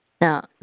Now